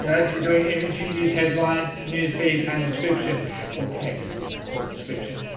if you're doing imaging use headline news feed and description or text call description